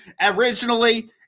Originally